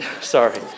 Sorry